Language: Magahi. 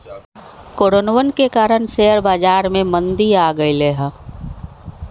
कोरोनवन के कारण शेयर बाजार में मंदी आ गईले है